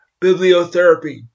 bibliotherapy